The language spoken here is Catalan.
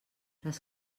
les